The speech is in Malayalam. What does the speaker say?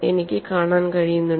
എനിക്ക് കാണാൻ കഴിയുന്നുണ്ട്